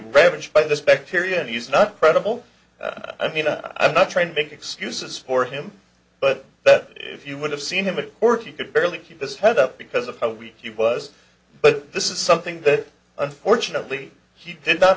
ravaged by this bacteria and he's not credible i mean i'm not trying to make excuses for him but that if you would have seen him of course you could barely keep his head up because of how weak you was but this is something that unfortunately he did not